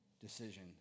decision